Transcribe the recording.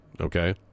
okay